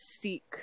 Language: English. seek